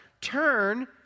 turn